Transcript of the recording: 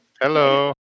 Hello